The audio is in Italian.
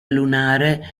lunare